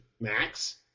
Max